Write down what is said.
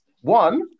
One